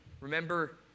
Remember